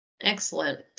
Excellent